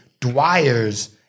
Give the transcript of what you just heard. Dwyer's